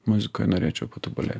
muzikoj norėčiau patobulė